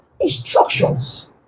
Instructions